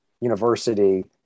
university